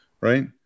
right